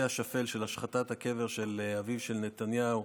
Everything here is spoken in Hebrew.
השפל של השחתת הקבר של אביו של נתניהו.